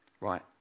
right